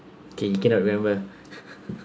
okay you cannot remember